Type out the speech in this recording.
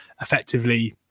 effectively